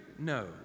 No